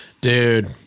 Dude